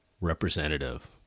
representative